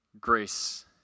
grace